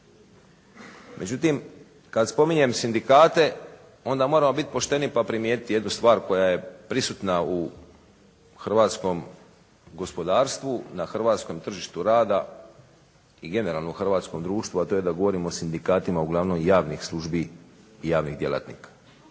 Međutim kada spominjem sindikate onda moramo biti pošteni pa primijetiti jednu stvar koja je prisutna u hrvatskom gospodarstvu na hrvatskom tržištu rada i generalno u hrvatskom društvu, a to je da govorimo o sindikatima uglavnom javnih službi i javnih djelatnika.